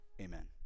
amen